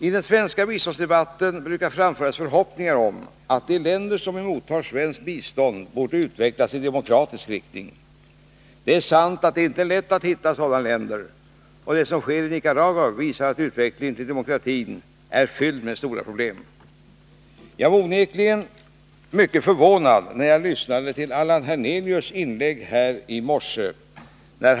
I den svenska biståndsdebatten brukar framföras förhoppningar om att de länder som mottar svenskt bistånd borde utvecklas i demokratisk riktning. Det är sant att det inte är lätt att hitta sådana länder, och det som sker i Nicaragua visar att utvecklingen till demokrati är fylld av stora problem. Jag blev onekligen mycket förvånad, när jag lyssnade på Allan Hernelius inlägg här under förmiddagen.